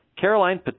Caroline